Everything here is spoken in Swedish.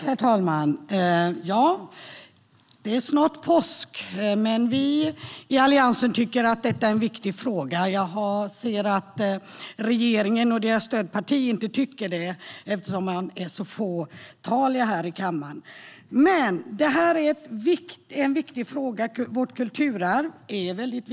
Herr talman! Det är snart påsk, men vi i Alliansen tycker att detta är en viktig fråga. Jag ser att regeringen och dess stödparti inte tycker det eftersom de är så fåtaliga här i kammaren. Men det här är en viktig fråga. Vårt kulturarv är viktigt.